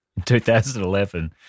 2011